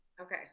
Okay